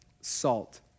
Salt